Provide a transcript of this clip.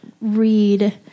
Read